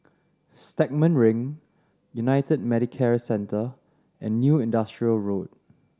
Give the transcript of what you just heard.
Stagmont Ring United Medicare Centre and New Industrial Road